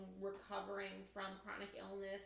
recovering-from-chronic-illness